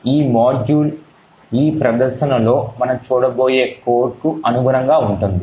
ఈ మాడ్యూల్ ఈ ప్రదర్శనలో మనం చూడబోయే కోడ్కు అనుగుణంగా ఉంటుంది